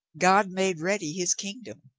god made ready his kingdom.